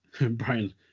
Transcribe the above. Brian